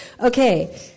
Okay